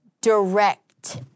direct